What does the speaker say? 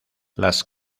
las